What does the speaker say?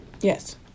Yes